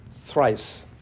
thrice